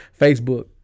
Facebook